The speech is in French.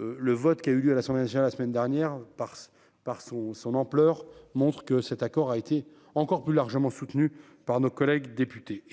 Le vote qui a eu lieu à l'Assemblée nationale la semaine dernière parce par son son ampleur montre que cet accord a été encore plus largement soutenu par nos collègues députés